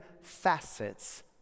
facets